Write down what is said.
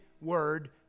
word